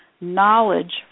knowledge